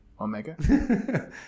Omega